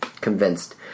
convinced